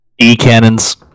E-cannons